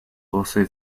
also